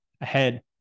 ahead